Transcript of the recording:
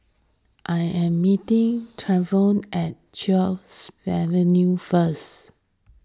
I am meeting Travon at Chatsworth Avenue first